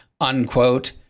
unquote